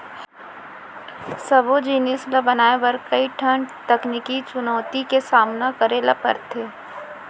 सबो जिनिस ल बनाए बर कइ ठन तकनीकी चुनउती के सामना करे ल परथे